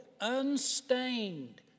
unstained